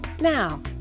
Now